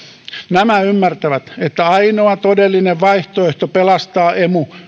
nämä ymmärtävät että ainoa todellinen vaihtoehto pelastaa emu